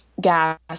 gas